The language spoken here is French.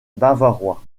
bavarois